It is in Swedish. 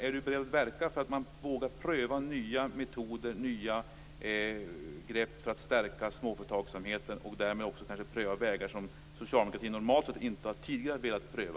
Är han beredd att verka för att våga pröva nya metoder, grepp och vägar för att stärka småföretagsamheten som socialdemokratin tidigare inte har velat pröva?